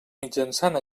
mitjançant